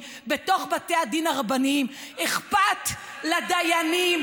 בתוך בתי הדין הרבניים אכפת לדיינים,